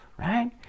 right